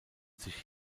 sich